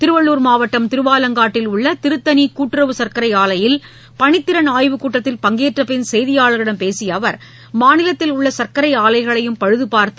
திருவள்ளூர் மாவட்டம் திருவாலங்காட்டில் உள்ள திருத்தணி கூட்டுறவு சர்க்கரை ஆலையில் பனித்திறன் ஆய்வுக்கூட்டத்தில் பங்கேற்ற பின் செய்தியாளர்களிடம் பேசிய அவர் மாநிலத்தில் உள்ள அனைத்து சக்கரை ஆலைகளையும் பழுதுபார்த்து